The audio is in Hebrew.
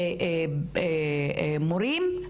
של המורים,